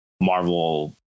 Marvel